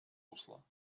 русло